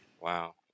Wow